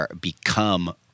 become